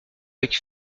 avec